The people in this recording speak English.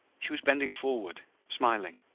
she was bending forward, smiling,